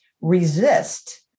resist